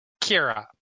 Kira